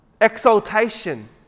exaltation